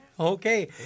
Okay